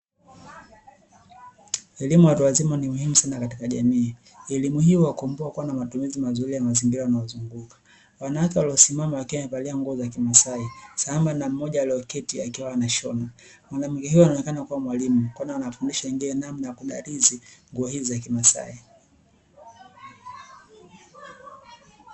Elimu ya watu wazima ni muhimu sana katika jamii. Elimu hii huwakomboa kuwa na mazingira mazuri ya mazingira yanayowazunguka. Wanawake waliosimama wakiwa wamevalia nguo za kimasai sambamba na mmoja alieketi akiwa anashona, mwanamke uyo anaonekana kuwa mwalimu kwani anawafundisha wengine namna ya kudarizi nguo hizi za kimasai.